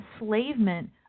enslavement